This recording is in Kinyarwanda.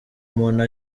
umuntu